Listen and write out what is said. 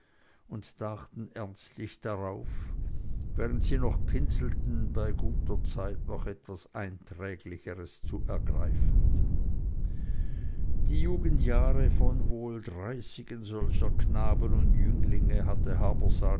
und dachten ernstlich darauf während sie noch pinselten bei guter zeit noch etwas einträglicheres zu ergreifen die jugendjahre von wohl dreißigen solcher knaben und jünglinge hatte habersaat